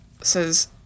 says